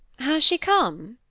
has she come?